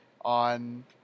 on